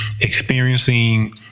experiencing